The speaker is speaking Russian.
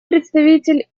представитель